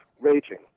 raging